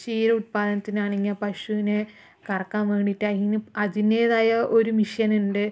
ക്ഷീര ഉൽപാദനത്തിന് ആണെങ്കിൽ പശുവിനെ കറക്കാൻ വേണ്ടിയിട്ട് അതിന് അതിൻ്റേതായ ഒരു മിഷൻ ഉണ്ട്